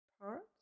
parts